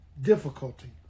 difficulty